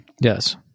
Yes